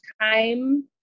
time